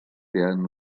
tenen